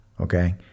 Okay